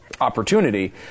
Opportunity